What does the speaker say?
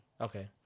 Okay